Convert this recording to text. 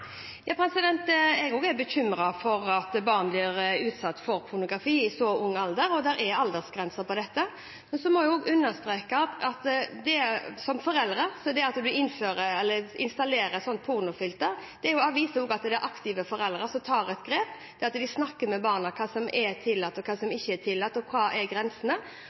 Jeg er også bekymret for at barn blir utsatt for pornografi i så ung alder, og det er aldersgrenser for dette. Men jeg må også understreke at når foreldre installerer et slikt pornofilter, viser det at det er aktive foreldre som tar grep, at de snakker med barna om hva som er tillatt, hva som ikke er tillatt, og om hva som er grensene.